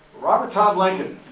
robert todd lincoln